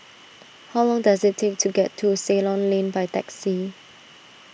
how long does it take to get to Ceylon Lane by taxi